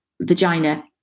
vagina